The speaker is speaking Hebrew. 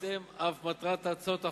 ובהתאם אף מטרת הצעת החוק,